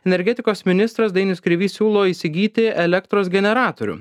energetikos ministras dainius kreivys siūlo įsigyti elektros generatorių